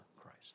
Christ